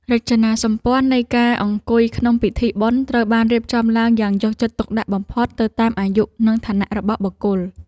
រចនាសម្ព័ន្ធនៃការអង្គុយក្នុងពិធីបុណ្យត្រូវបានរៀបចំឡើងយ៉ាងយកចិត្តទុកដាក់បំផុតទៅតាមអាយុ និងឋានៈរបស់បុគ្គល។